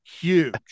huge